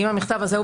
עם המכתב הזה הוא